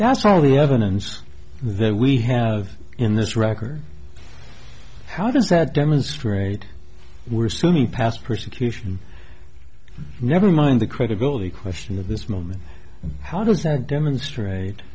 that's all the evidence that we have in this record how does that demonstrate we're sunni past persecution never mind the credibility question at this moment how does that demonstrate